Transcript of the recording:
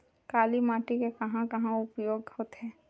काली माटी के कहां कहा उपयोग होथे?